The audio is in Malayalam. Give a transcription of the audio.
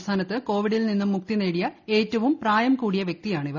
സംസ്ഥാനത്ത് കോവിഡിൽ നിന്ന് മുക്തി ന്യേടിയ ഏറ്റവും പ്രായംകൂടിയ വ്യക്തിയാണ് ഇവർ